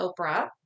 Oprah